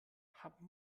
habe